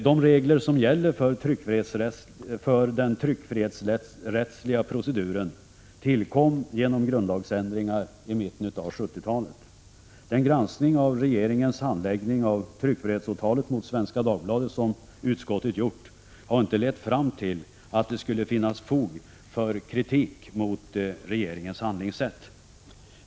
De regler som gäller för den tryckfrihetsrättsliga proceduren tillkom genom grundlagsändringar i mitten av 1970-talet. Utskottets granskning av regeringens handläggning av tryckfrihetsåtalet mot Svenska Dagbladet har inte lett fram till att det skulle finnas fog för kritik mot regeringens handlingssätt.